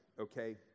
okay